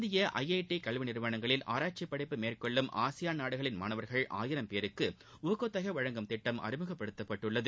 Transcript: இந்திய I I T கல்வி நிறுவனங்களில் ஆராய்ச்சி படிப்பு மேற்கொள்ளும் ஆசியான் நாடுகளின் மாணவர்கள் ஆயிரம் பேருக்கு ஊக்கத்தொகை வழங்கும் திட்டம் அறிமுகப்படுத்தப்பட்டுள்ளது